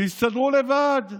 שיסתדרו לבד.